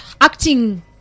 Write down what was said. acting